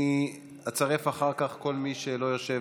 אני אצרף אחר כך את כל מי שלא יושב